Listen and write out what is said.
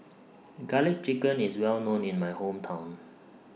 Garlic Chicken IS Well known in My Hometown